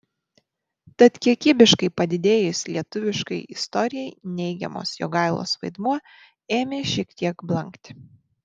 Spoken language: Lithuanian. tad kiekybiškai padidėjus lietuviškai istorijai neigiamas jogailos vaidmuo ėmė šiek tiek blankti